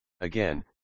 Again